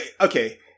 Okay